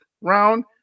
round